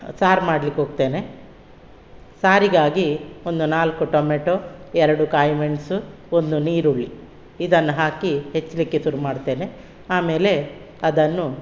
ಸಾರು ಮಾಡ್ಲಿಕ್ಕೆ ಹೋಗ್ತೇನೆ ಸಾರಿಗಾಗಿ ಒಂದು ನಾಲ್ಕು ಟೊಮೇಟೊ ಎರಡು ಕಾಳು ಮೆಣಸು ಒಂದು ಈರುಳ್ಳಿ ಇದನ್ನ ಹಾಕಿ ಹೆಚ್ಚಲಿಕ್ಕೆ ಶುರು ಮಾಡ್ತೇನೆ ಆಮೇಲೆ ಅದನ್ನು